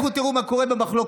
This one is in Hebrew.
לכו תראו מה קורה במחלקות,